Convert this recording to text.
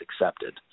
accepted